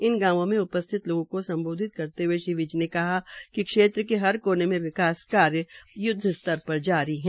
इन गांवों में उपस्थितलोगों को सम्बोधित करते हुए श्री विज ने क्षेत्र के हर कोने मे विकासकार्य युद्वस्तर पर जारी है